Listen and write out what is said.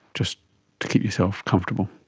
just to keep yourself comfortable.